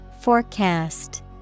Forecast